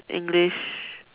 English